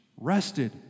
rested